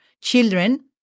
children